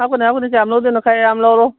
ꯍꯥꯞꯀꯅꯤ ꯍꯥꯞꯀꯅꯤ ꯀꯌꯥꯝ ꯂꯧꯗꯣꯏꯅꯣ ꯈꯔ ꯌꯥꯝ ꯂꯧꯔꯣ